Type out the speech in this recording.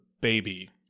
baby